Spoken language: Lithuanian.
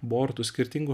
bortų skirtingų